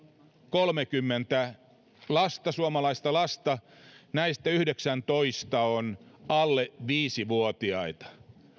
kolmekymmentä suomalaista lasta näistä yhdeksäntoista on alle viisivuotiaita